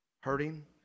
hurting